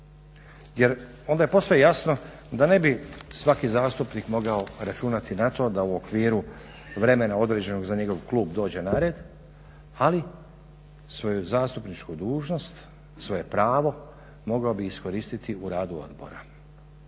Jer onda je posve jasno da ne bi svaki zastupnik mogao računati na to da u okviru vremena određenog za njegov klub dođe na red, ali svoju zastupničku dužnost, svoje pravo mogao bi iskoristiti u radu odbora.